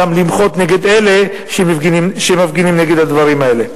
גם למחות נגד אלה שמפגינים נגד הדברים האלה.